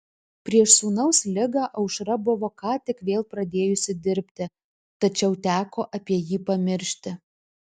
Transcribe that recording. prieš sūnaus ligą aušra buvo ką tik vėl pradėjusi dirbti tačiau teko apie jį pamiršti